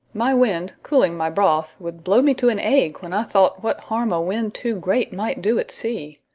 my wind, cooling my broth would blow me to an ague, when i thought what harm a wind too great might do at sea.